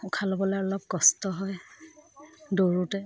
উশাহ লবলৈ অলপ কষ্ট হয় দৌৰোতে